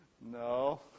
No